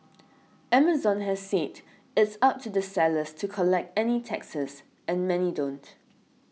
Amazon has said it's up to the sellers to collect any taxes and many don't